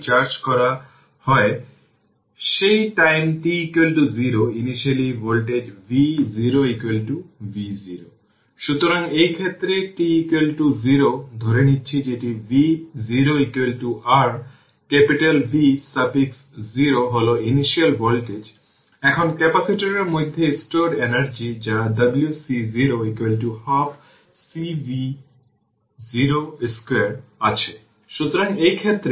এখন আমি একটি টেবিল তৈরি করেছি টেবিল 1 সেখানে vtv0 এর ভ্যালু দেখায় r টেবিল 1 থেকে দেখা যাচ্ছে যে ভোল্টেজ vt 5 τ এর পরে v0 এর 1 শতাংশের কম